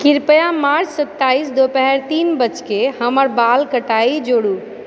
कृपया मार्च सत्ताईस दुपहर तीन बजके हमर बाल कटाइ जोडू